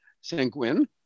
sanguine